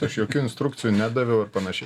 aš jokių instrukcijų nedaviau ir panašiai